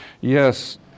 Yes